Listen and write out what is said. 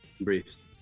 Briefs